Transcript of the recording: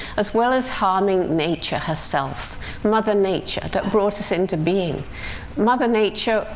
as well as harming nature herself mother nature, that brought us into being mother nature,